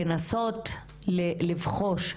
לנסות לבחוש,